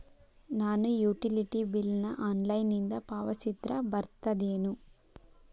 ನಾನು utility bill ನ ಆನ್ಲೈನಿಂದ ಪಾವತಿಸಿದ್ರ ಬರ್ತದೇನು?